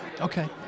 Okay